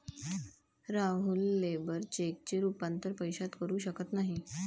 Rahul labour चेकचे रूपांतर पैशात करू शकत नाही